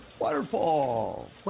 Waterfall